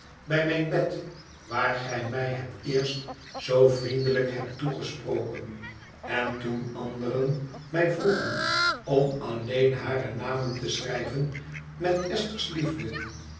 bij mijn bed waar gij mij het eerst zoo vriendelijk hebt toegesproken en toen anderen mij vroegen om alleen hare namen te schrijven met esther's liefde